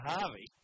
Harvey